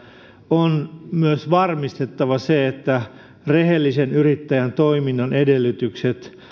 on myös varmistettava se että rehellisen yrittäjän toiminnan edellytykset